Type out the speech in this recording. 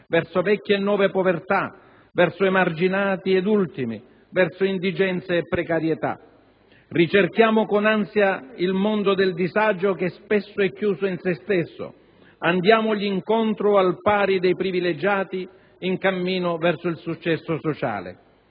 verso vecchie e nuove povertà, verso emarginati ed ultimi, verso indigenza e precarietà. Ricerchiamo con ansia il mondo del disagio che spesso è chiuso in sé stesso, andiamogli incontro al pari dei privilegiati in cammino verso il successo sociale.